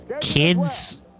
kids